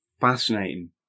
fascinating